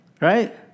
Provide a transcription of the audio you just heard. Right